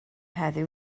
heddiw